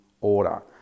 order